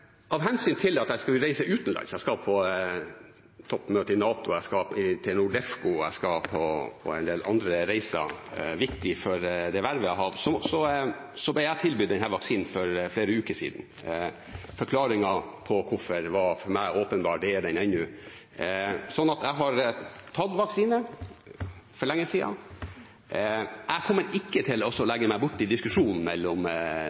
Av hensyn til at jeg skal reise utenlands – jeg skal på toppmøtet i NATO, jeg skal til NORDEFCO, jeg skal på en del andre reiser, viktige for det vervet jeg har – ble jeg tilbudt denne vaksinen for flere uker siden. Forklaringen på hvorfor var for meg åpenbar. Det er den ennå. Så jeg har tatt vaksine for lenge siden. Jeg kommer ikke til å legge meg borti diskusjonen mellom